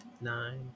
nine